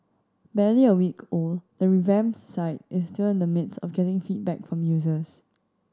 barely a week old the revamped site is still in the midst of getting feedback from users